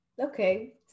Okay